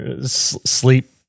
Sleep